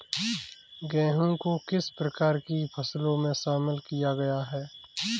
गेहूँ को किस प्रकार की फसलों में शामिल किया गया है?